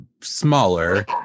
smaller